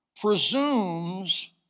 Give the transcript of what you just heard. presumes